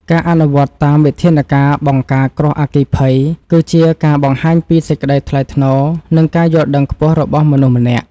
ការអនុវត្តតាមវិធានការបង្ការគ្រោះអគ្គិភ័យ គឺជាការបង្ហាញពីសេចក្តីថ្លៃថ្នូរ និងការយល់ដឹងខ្ពស់របស់មនុស្សម្នាក់។